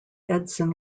edson